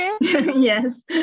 Yes